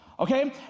Okay